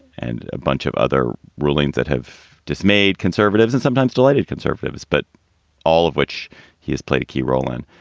and a bunch of other rulings that have dismayed conservatives and sometimes delighted conservatives. but all of which he has played a key role in.